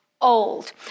Old